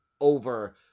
over